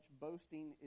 boasting